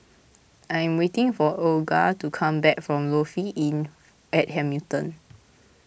I am waiting for Olga to come back from Lofi Inn at Hamilton